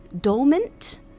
dormant